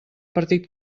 partit